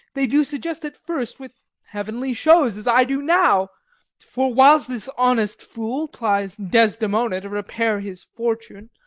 they do suggest at first with heavenly shows, as i do now for whiles this honest fool plies desdemona to repair his fortune,